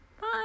Bye